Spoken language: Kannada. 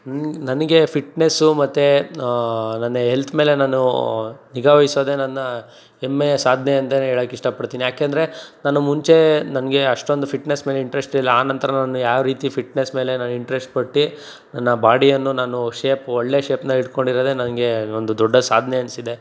ನನಗೆ ಫಿಟ್ನೆಸ್ಸು ಮತ್ತು ನನ್ನ ಎಲ್ತ್ ಮೇಲೆ ನಾನು ನಿಗಾವಯಿಸೋದೇ ನನ್ನ ಹೆಮ್ಮೆಯ ಸಾಧ್ನೆ ಅಂತ ಹೇಳಕ್ ಇಷ್ಟಪಡ್ತೀನಿ ಯಾಕೆಂದರೆ ನಾನು ಮುಂಚೆ ನನಗೆ ಅಷ್ಟೊಂದು ಫಿಟ್ನೆಸ್ ಮೇಲೆ ಇಂಟ್ರೆಸ್ಟಿಲ್ಲ ಆನಂತರ ನಾನು ಯಾವ ರೀತಿ ಫಿಟ್ನೆಸ್ ಮೇಲೆ ನಾನು ಇಂಟ್ರೆಸ್ಟ್ ಪಟ್ಟು ನನ್ನ ಬಾಡಿಯನ್ನು ನಾನು ಶೇಪ್ ಒಳ್ಳೆ ಶೇಪ್ನ ಇಟ್ಕೊಂಡಿರೋದೆ ನನಗೆ ಒಂದು ದೊಡ್ಡ ಸಾಧ್ನೆ ಅನಿಸಿದೆ